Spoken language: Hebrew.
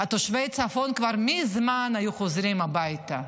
תושבי הצפון כבר מזמן היו חוזרים הביתה.